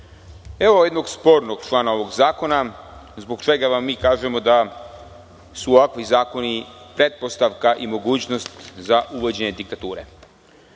evo jednog spornog člana ovog zakona, zbog čega vam mi kažemo da su ovakvi zakoni pretpostavka i mogućnost za uvođenje diktature.U